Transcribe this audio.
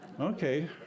Okay